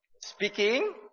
speaking